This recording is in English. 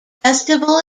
festival